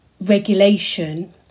regulation